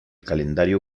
calendario